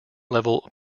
level